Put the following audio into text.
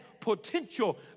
potential